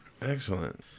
Excellent